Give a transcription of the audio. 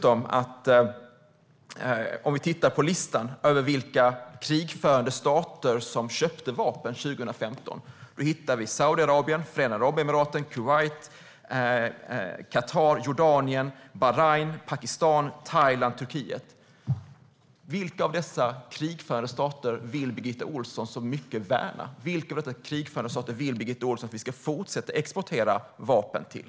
Om vi tittar på listan över vilka krigförande stater som köpte vapen 2015 hittar vi Saudiarabien, Förenade Arabemiraten, Kuwait, Qatar, Jordanien, Bahrain, Pakistan, Thailand och Turkiet. Vilka av dessa krigförande stater vill Birgitta Ohlsson värna? Vilka av dessa krigförande stater vill Birgitta Ohlsson att vi ska fortsätta exportera vapen till?